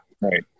Right